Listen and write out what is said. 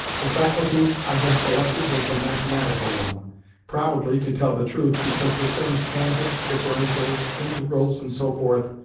the faculty i had selected was the mathematical one probably, to tell the truth, because the terms tangent, differentials, integrals, and so forth,